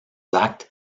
actes